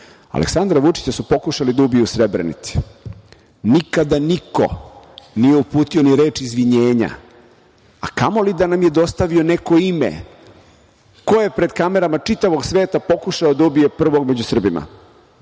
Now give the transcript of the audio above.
štetu. Aleksandra Vučića su pokušali da ubiju u Srebrenici. Nikada niko nije uputio ni reč izvinjenja, a kamoli da nam je dostavio neko ime ko je pred kamerama čitavog sveta pokušao da ubije prvog među Srbima.